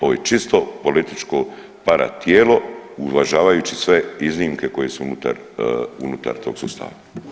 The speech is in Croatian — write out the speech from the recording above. Ovo je čisto političko para tijelo uvažavajući sve iznimke koje su unutar tog sustava.